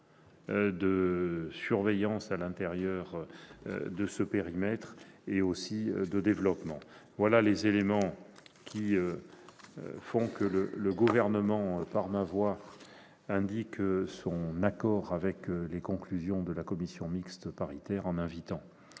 de surveillance à l'intérieur du périmètre et aussi de développement. Pour toutes ces raisons, le Gouvernement, par ma voix, indique son accord sur les conclusions de la commission mixte paritaire en invitant